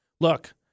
Look